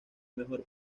mejor